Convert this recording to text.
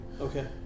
Okay